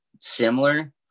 similar